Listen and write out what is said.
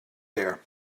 there